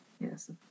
Yes